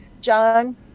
John